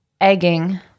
Egging